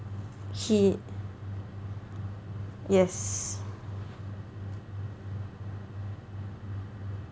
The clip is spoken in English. he yes